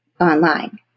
online